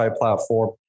platform